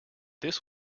this